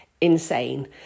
insane